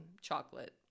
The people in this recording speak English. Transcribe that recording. chocolate